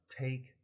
take